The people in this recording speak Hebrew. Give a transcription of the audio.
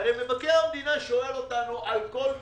הרי מבקר המדינה שואל אותנו על כל פיפס,